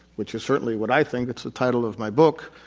which is certainly what i think, it's the title of my book.